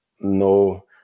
no